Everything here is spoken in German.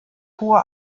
hohe